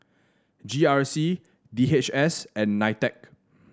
G R C D H S and Nitec